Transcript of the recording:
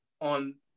on